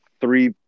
three